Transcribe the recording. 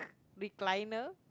recliner